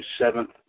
seventh